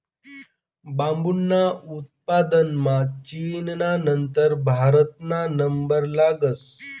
बांबूना उत्पादनमा चीनना नंतर भारतना नंबर लागस